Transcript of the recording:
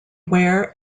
where